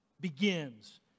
begins